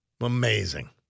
Amazing